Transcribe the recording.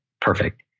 Perfect